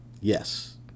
Yes